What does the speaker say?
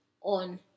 on